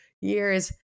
years